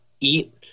eat